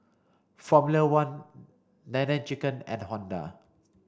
Formula One Nene Chicken and Honda